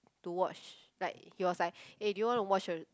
to watch like he was like eh do you want to watch a